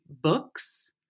books